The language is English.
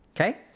Okay